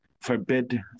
forbid